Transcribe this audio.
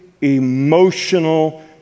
emotional